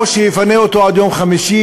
או שיפנה אותו עד יום חמישי,